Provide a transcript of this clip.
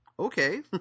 Okay